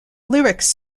lyrics